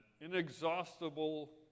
inexhaustible